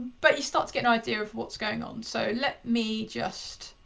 but you start to get an idea of what's going on. so let me just